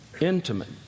intimate